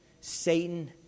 Satan